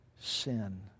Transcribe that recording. sin